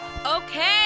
Okay